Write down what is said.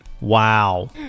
Wow